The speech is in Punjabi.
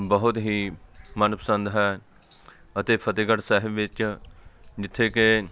ਬਹੁਤ ਹੀ ਮਨਪਸੰਦ ਹੈ ਅਤੇ ਫਤਿਹਗੜ੍ਹ ਸਾਹਿਬ ਵਿੱਚ ਜਿੱਥੇ ਕਿ